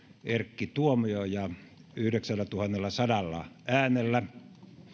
erkki tuomioja yhdeksällätuhannellasadalla äänellä